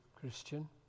Christian